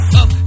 up